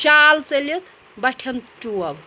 شال ژٔلِتھ بَٹھٮ۪ن چوب